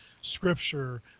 Scripture